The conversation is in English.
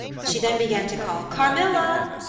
she then began to call carmilla,